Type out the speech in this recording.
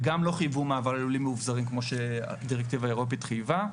וגם לא חייבו מעבר ללולים מאובזרים כמו שהדירקטיבה האירופית חייבה.